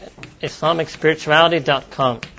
islamicspirituality.com